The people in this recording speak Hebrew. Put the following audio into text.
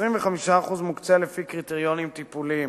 ו-25% מוקצים לפי קריטריונים טיפוליים.